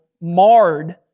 marred